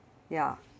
ya